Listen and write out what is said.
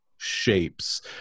shapes